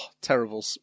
terrible